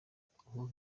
ako